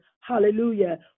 hallelujah